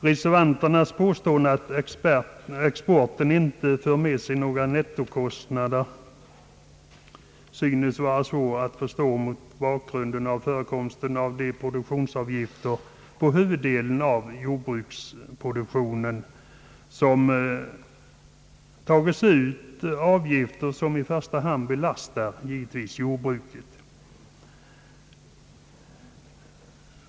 Reservanternas påstående, att exporten inte för med sig några nettokostnader, synes svårbegripligt mot bakgrunden av de produktionsavgifter som tas ut på huvuddelen av jordbruksproduktionen, avgifter som givetvis i första hand belastar jordbruket.